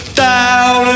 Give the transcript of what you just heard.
down